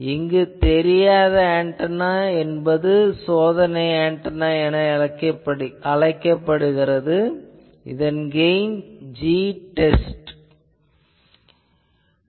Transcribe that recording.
இங்கு தெரியாத ஆன்டெனா என்பது சோதனை ஆன்டெனா என்று அழைக்கப்படுகிறது இதன் கெயின் G test என எடுத்துக் கொள்வோம்